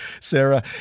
Sarah